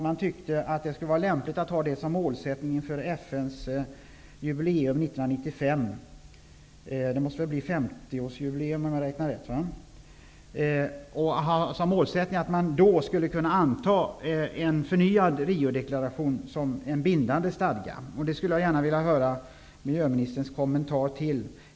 Man tyckte att det skulle vara lämpligt att ha som målsättning för FN:s jubileum 1995 -- det måste väl bli 50-årsjubileum, om jag räknar rätt -- att kunna anta en förnyad Riodeklaration som en bindande stadga. Det skulle jag gärna vilja höra miljöministerns kommentar till.